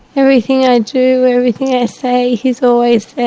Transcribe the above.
everything i do, everything i say, he's always